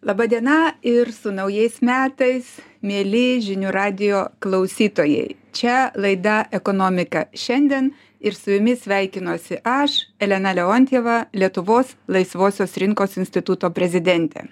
laba diena ir su naujais metais mieli žinių radijo klausytojai čia laida ekonomika šiandien ir su jumis sveikinuosi aš elena leontjeva lietuvos laisvosios rinkos instituto prezidentė